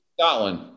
Scotland